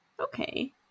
Okay